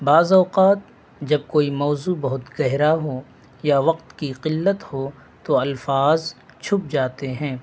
بعض اوقات جب کوئی موضوع بہت گہرا ہو یا وقت کی قلت ہو تو الفاظ چھپ جاتے ہیں